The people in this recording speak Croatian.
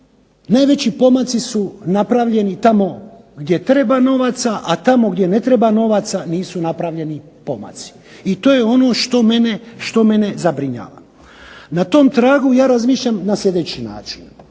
najveći pomaci su napravljeni tamo gdje treba novaca, a tamo gdje ne treba novaca nisu napravljeni pomaci i to je ono što mene zabrinjava. Na tom tragu ja razmišljam na sljedeći način,